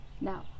now